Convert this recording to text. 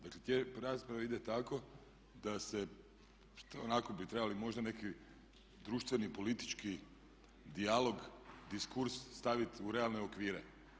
Dakle, tijek rasprave ide tamo da se onako bi trebali možda neki društveni, politički dijalog diskurs staviti u realne okvire.